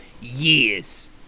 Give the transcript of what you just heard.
years